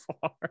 far